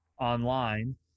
online